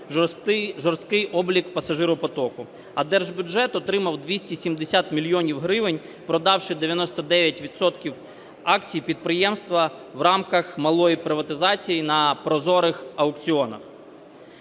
жорсткий облік пасажиропотоку. А держбюджет отримав 270 мільйонів гривень, продавши 99 відсотків акцій підприємства в рамках малої приватизації на прозорих аукціонах.